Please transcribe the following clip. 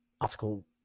article